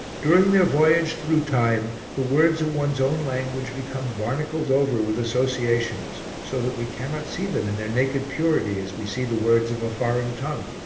during their voyage through time the words of one's own language become barnacled over with associations so that we cannot see them in their naked purity as we see the words of a foreign tongue.